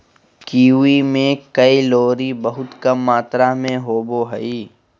kiwi में calorie बहुत कम मात्र में होबो हइ